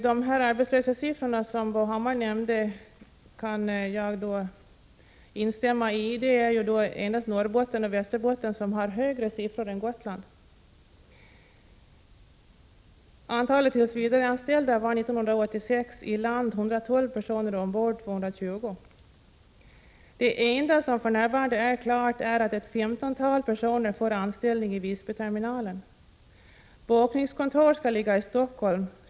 De arbetslöshetssiffror som Bo Hammar nämnde är enligt min mening riktiga. Endast Norrbotten och Västerbotten har högre arbetslöshetssiffror än Gotland. Antalet tillsvidareanställda var 1986 i land 112 personer och ombord 220. Det enda som för närvarande är klart är att ett femtontal personer får anställning i Visbyterminalen. Bokningskontor skall ligga i Stockholm.